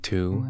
Two